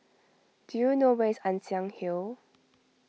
do you know where is Ann Siang Hill